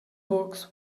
books